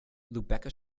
lübecker